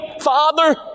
Father